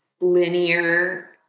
linear